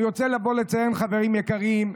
אני רוצה לציין, חברים יקרים: